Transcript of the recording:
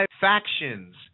factions